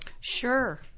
Sure